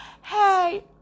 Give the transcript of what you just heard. hey